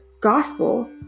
gospel